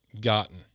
gotten